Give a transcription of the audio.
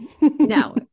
no